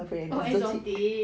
exotic